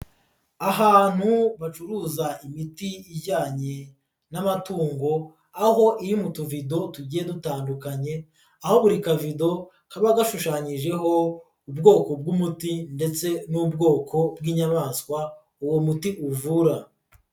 Ahantu bacuruza imiti ijyanye n'amatungo, aho iri mu tuvido tugiye dutandukanye, aho buri kavido kaba gashushanyijeho ubwoko bw'umuti ndetse n'ubwoko bw'inyamaswa, uwo muti uvura.